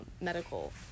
medical